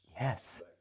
Yes